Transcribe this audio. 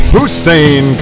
Hussein